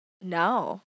No